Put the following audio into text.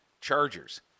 Chargers